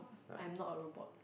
I'm not a robot